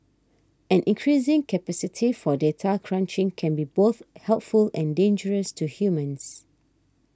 an increasing capacity for data crunching can be both helpful and dangerous to humans